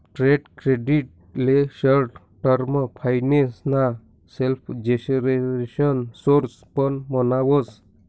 trade credit ले short term finance ना self generation source पण म्हणावस